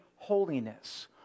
holiness